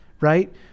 Right